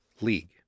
league